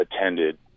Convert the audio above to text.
attended